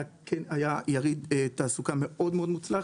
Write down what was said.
היה יריד תעסוקה מאוד מוצלח.